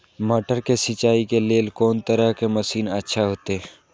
मटर के सिंचाई के लेल कोन तरह के मशीन अच्छा होते?